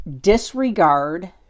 disregard